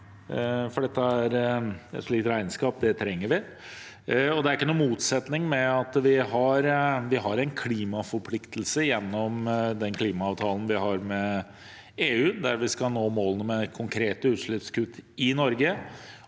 forslag. Et slikt regnskap trenger vi. Det står ikke i motsetning til at vi har en klimaforpliktelse gjennom den klimaavtalen vi har med EU, der vi skal nå målene om konkrete utslippskutt i Norge,